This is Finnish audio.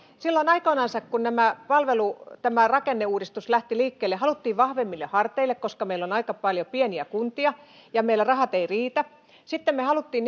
silloin aikoinansa kun tämä rakenneuudistus lähti liikkeelle haluttiin vahvemmille harteille koska meillä on aika paljon pieniä kuntia ja meillä rahat eivät riitä sitten me halusimme